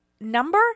number